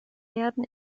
werden